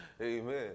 Amen